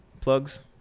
plugs